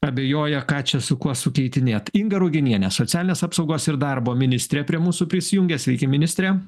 abejoja ką čia su kuo sukeitinėt inga ruginienė socialinės apsaugos ir darbo ministrė prie mūsų prisijungia sveiki ministre